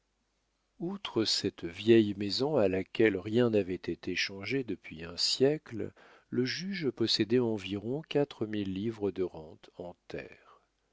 outre cette vieille maison à laquelle rien n'avait été changé depuis un siècle le juge possédait environ quatre mille livres de rente en terres